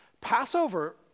Passover